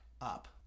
up